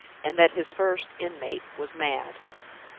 and that his first inmate was mad.